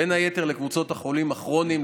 בין היתר לקבוצות החולים הכרוניים,